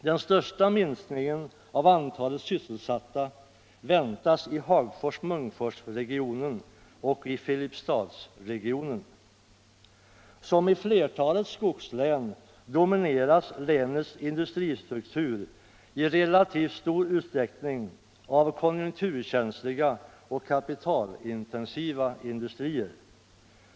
Den största minskningen av antalet sysselsatta väntas i Hagfors-Munkforsregionen och i Filipstadsregionen. Som i flertalet skogslän domineras länets industristruktur i relativt stor utsträckning av konjunkturkänsliga och kapitalintensiva industrier.